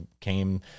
came